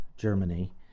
Germany